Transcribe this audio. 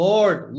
Lord